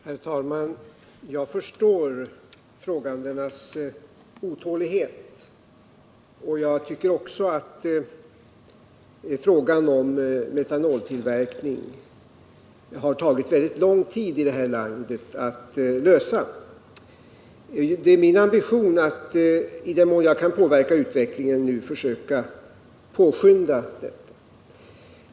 Herr talman! Jag förstår frågeställarnas otålighet, och jag tycker också att arbetet med frågan om metanoltillverkning har tagit väldigt lång tid i det här landet. Det är min ambition att, i den mån jag kan påverka utvecklingen, försöka påskynda detta.